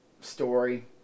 story